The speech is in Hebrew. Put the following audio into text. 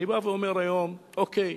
אני אומר היום: אוקיי.